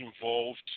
involved